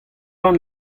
ran